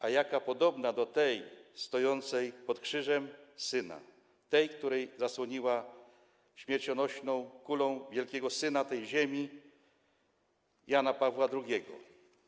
A jaka podobna do tej stojącej pod krzyżem syna, tej, która zasłoniła przed śmiercionośną kulą wielkiego syna tej ziemi - Jana Pawła II.